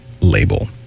label